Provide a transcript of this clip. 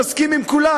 בלי שאני מסכים לכולן,